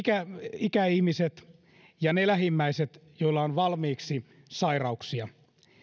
ikäihmiset ja ne lähimmäiset joilla on valmiiksi sairauksia